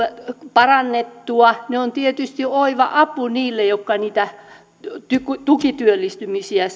parannettua ne ovat tietysti oiva apu niille jotka niitä tukityöllistymisiä